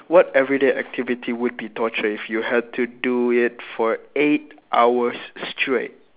what everyday activity would be torture if you had to do it for eight hours straight